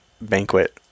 banquet